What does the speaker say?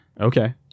Okay